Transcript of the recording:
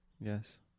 Yes